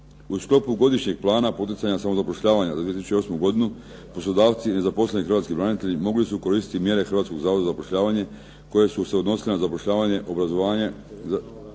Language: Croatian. U sklopu Godišnjeg plana poticanja samozapošljavanja za 2008. godinu poslodavci i nezaposleni hrvatski branitelji mogli su koristiti mjere Hrvatskog zavoda za zapošljavanje koje su se odnosile na zapošljavanje, obrazovanje za